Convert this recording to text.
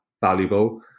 valuable